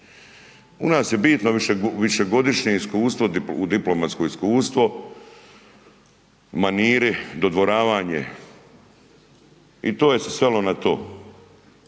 U nas je bitno višegodišnje iskustvo, diplomatsko iskustvo, maniri, dodvoravanje i to se svelo na to